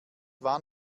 war